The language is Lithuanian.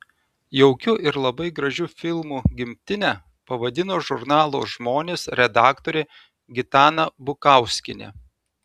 jaukiu ir labai gražiu filmu gimtinę pavadino žurnalo žmonės redaktorė gitana bukauskienė